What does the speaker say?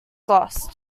lost